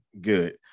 good